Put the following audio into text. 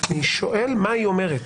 אני שואל מה היא אומרת.